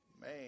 man